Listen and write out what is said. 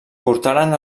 portaren